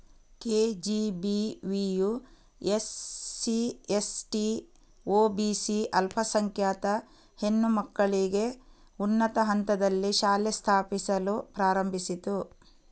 ಕೆ.ಜಿ.ಬಿ.ವಿಯು SC, ST, OBC ಅಲ್ಪಸಂಖ್ಯಾತ ಹೆಣ್ಣು ಮಕ್ಕಳಿಗೆ ಉನ್ನತ ಹಂತದಲ್ಲಿ ಶಾಲೆ ಸ್ಥಾಪಿಸಲು ಪ್ರಾರಂಭಿಸಿತು